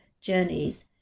journeys